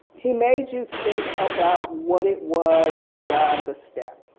he made you think about what it was beyond a step,